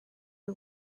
who